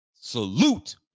Salute